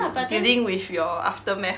in dealing with your aftermath